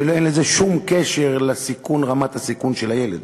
שאין לזה שום קשר לרמת הסיכון לילד.